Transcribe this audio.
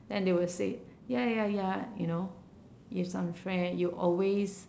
then they will say ya ya ya you know it's unfair you always